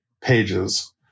pages